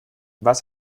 was